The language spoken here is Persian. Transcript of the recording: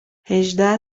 هجده